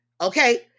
okay